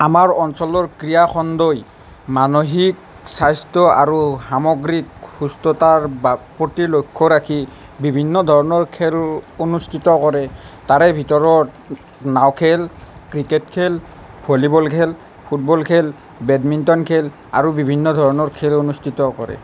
আমাৰ অঞ্চলৰ ক্ৰীড়াখণ্ডই মানসিক স্বাস্থ্য় আৰু সামগ্ৰীক সুস্থতাৰ বা প্ৰতি লক্ষ্য় ৰাখি বিভিন্ন ধৰণৰ খেল অনুষ্ঠিত কৰে তাৰে ভিতৰৰ নাও খেল ক্ৰিকেট খেল ভলীবল খেল ফুটবল খেল বেডমিণ্টন খেল আৰু বিভিন্ন ধৰণৰ খেল অনুষ্ঠিত কৰে